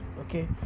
okay